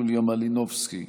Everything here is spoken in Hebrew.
יוליה מלינובסקי,